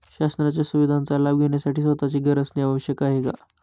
शासनाच्या सुविधांचा लाभ घेण्यासाठी स्वतःचे घर असणे आवश्यक आहे का?